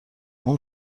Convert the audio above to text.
اون